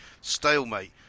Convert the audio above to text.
stalemate